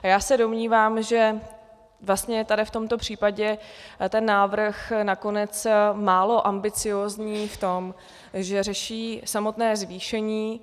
Já se domnívám, že vlastně tady v tomto případě ten návrh je nakonec málo ambiciózní v tom, že řeší samotné zvýšení.